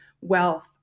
wealth